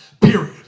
period